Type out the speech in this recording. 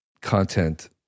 content